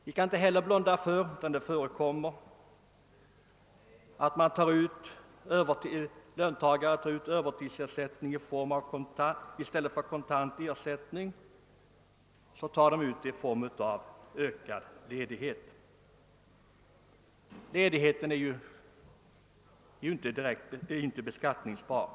Vi skall heller inte blunda för att det förekommer att löntagare som arbetar på övertid tar ut vederlag i form av ökad ledighet hellre än i form av kontant ersättning. Ledigheten är ju inte beskattningsbar.